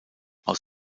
aus